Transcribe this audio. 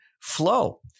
flow